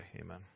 amen